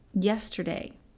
yesterday